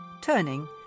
turning